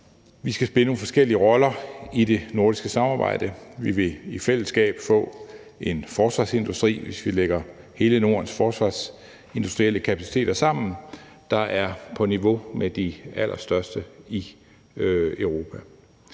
vi skal spille nogle forskellige roller i det nordiske samarbejde. Vi vil i fællesskab få en forsvarsindustri, hvis vi lægger hele Nordens forsvarsindustrielle kapaciteter sammen, der er på niveau med de allerstørste i Europa.